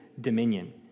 dominion